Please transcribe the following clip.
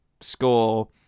score